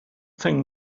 things